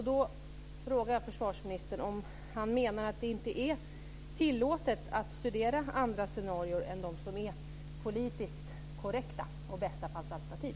Då frågar jag försvarsministern om han menar att det inte är tillåtet att studera andra scenarier än dem som är politiskt korrekta och bästafallsalternativ?